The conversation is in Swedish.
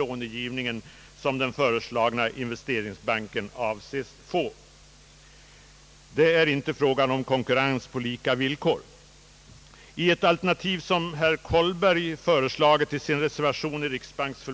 långfristighet, som den föreslagna investeringsbanken avses få. Det är inte fråga om konkurrens på lika villkor.